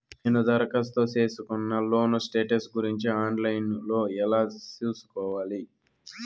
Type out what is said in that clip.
నేను దరఖాస్తు సేసుకున్న లోను స్టేటస్ గురించి ఆన్ లైను లో ఎలా సూసుకోవాలి?